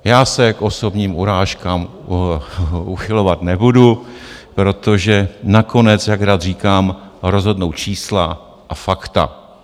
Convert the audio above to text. Já se k osobním urážkám uchylovat nebudu, protože nakonec, jak rád říkám, rozhodnou čísla a fakta.